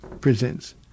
presents